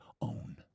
own